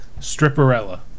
Stripperella